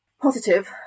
positive